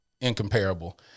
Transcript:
incomparable